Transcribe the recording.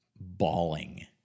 bawling